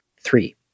Three